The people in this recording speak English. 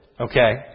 okay